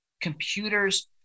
computers